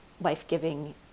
life-giving